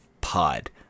pod